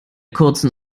kurzen